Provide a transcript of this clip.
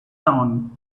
down